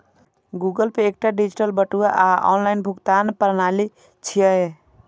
Google pay एकटा digital बटुआ आ ऑनलाइन भुगतान प्रणाली छियै